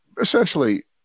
essentially